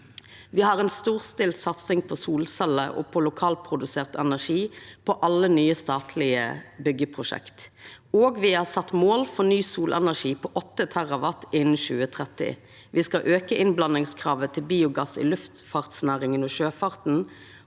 Me har ei storstilt satsing på solceller og lokalprodusert energi i alle nye statlege byggeprosjekt, og me har sett mål om 8 TWh ny solenergi innan 2030. Me skal auka innblandingskravet til biogass i luftfartsnæringa og sjøfarten.